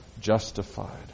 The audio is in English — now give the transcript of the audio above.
justified